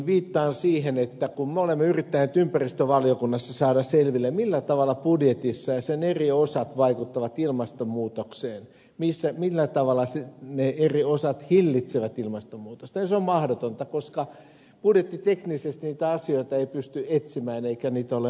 viittaan siihen että kun me olemme yrittäneet ympäristövaliokunnassa saada selville millä tavalla budjetissa sen eri osat vaikuttavat ilmaston muutokseen millä tavalla ne eri osat hillitsevät ilmaston muutosta se on mahdotonta koska budjettiteknisesti niitä asioita ei pysty etsimään eikä niitä ole avattu